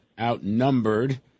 Outnumbered